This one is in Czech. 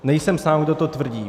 Nejsem sám, kdo to tvrdí.